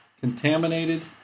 contaminated